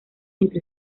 entre